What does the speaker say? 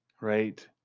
right